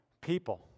people